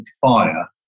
fire